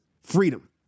freedom